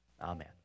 Amen